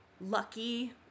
lucky